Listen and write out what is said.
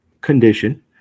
condition